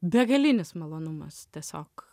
begalinis malonumas tiesiog